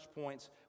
points